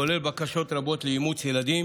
כולל בקשות רבות לאימוץ ילדים